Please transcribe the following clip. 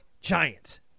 Giants